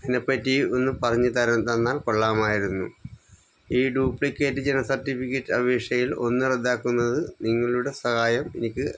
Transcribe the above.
എന്നതിനെപ്പറ്റി ഒന്ന് പറഞ്ഞു തന്നാൽ കൊള്ളാമായിരുന്നു ഈ ഡ്യൂപ്ലിക്കേറ്റ് ജനന സർട്ടിഫിക്കറ്റ് അപേക്ഷയിൽ ഒന്ന് റദ്ദാക്കുന്നതിനു നിങ്ങളുടെ സഹായം എനിക്ക്